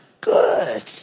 good